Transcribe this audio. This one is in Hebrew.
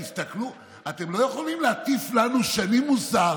אתם לא יכולים להטיף לנו שנים מוסר